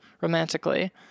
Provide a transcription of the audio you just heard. romantically